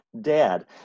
dad